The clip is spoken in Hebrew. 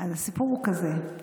אז הסיפור הוא כזה.